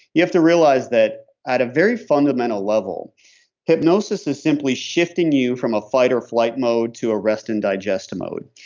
you have to realize that at a very fundamental level hypnosis is simply shifting you from a fight or flight mode to arrest and digest mode.